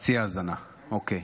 חצי האזנה, אוקיי.